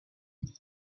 alive